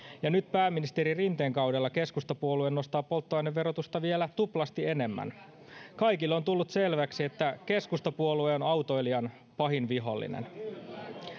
ja nyt pääministeri rinteen kaudella keskustapuolue nostaa polttoaineverotusta vielä tuplasti enemmän kaikille on tullut selväksi että keskustapuolue on autoilijan pahin vihollinen